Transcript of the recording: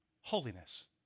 holiness